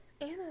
anna